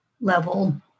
level